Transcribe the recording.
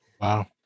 wow